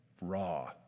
raw